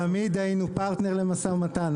תמיד היינו פרטנר למשא ומתן,